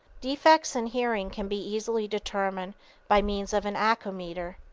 defects in hearing can be easily determined by means of an acoumeter.